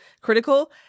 critical